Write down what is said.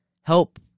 help